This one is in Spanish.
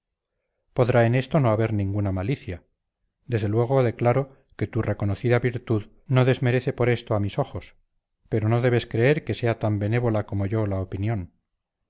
podrá en esto no haber ninguna malicia desde luego declaro que tu reconocida virtud no desmerece por esto a mis ojos pero no debes creer que sea tan benévola como yo la opinión